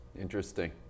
Interesting